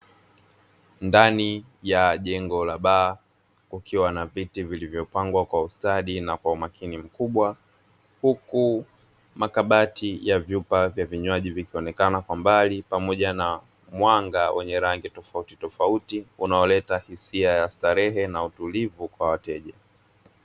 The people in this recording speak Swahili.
Ndani ya jengo la baa kukiwa na viti vilivyopangwa kwa ustadi na kwa umakini mkubwa huku makabati ya vyupa vya vinywaji vikionekana kwa mbali pamoja na mwanga wenye rangi tofauti tofauti unaoleta hisia ya starehe na utulivu kwa wateja.